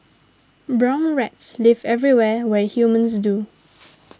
brown rats live everywhere where humans do